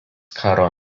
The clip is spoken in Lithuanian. karo